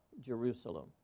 Jerusalem